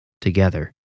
together